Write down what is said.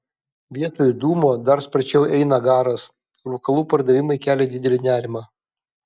vietoj dūmo dar sparčiau eina garas rūkalų pardavimai kelia didelį nerimą